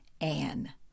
Anne